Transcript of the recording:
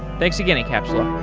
thanks again, incapsula